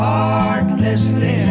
Heartlessly